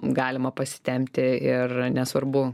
galima pasitempti ir nesvarbu